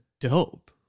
dope